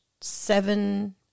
seven